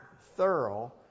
thorough